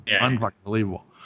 unbelievable